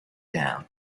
down